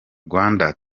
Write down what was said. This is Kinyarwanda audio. rwanda